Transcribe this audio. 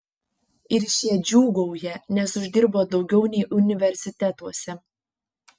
ir šie džiūgauja nes uždirba daugiau nei universitetuose